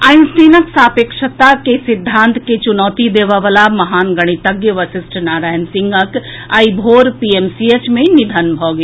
आइंस्टीनक सापेक्षता के सिद्धांत कें चुनौती देबयवला महान गणितज्ञ वशिष्ठ नारायण सिंहक आइ भोर पीएमसीएच मे निधन भऽ गेल